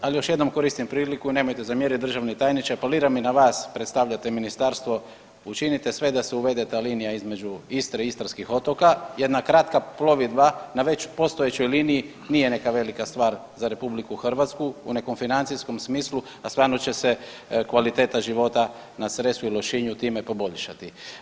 Ali još jednom koristim priliku, nemojte zamjeriti državni tajniče apeliram i na vas predstavljate ministarstvo, učinite sve da se uvede ta linija između Istre i istarskih otoka, jedna kratka plovidba na već postojećoj liniji nije neka velika stvar za RH u nekom financijskom smislu, a stvarno će se kvaliteta života na Cresu i Lošinju time poboljšati.